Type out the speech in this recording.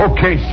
Okay